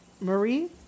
Marie